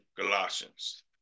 Galatians